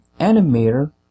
animator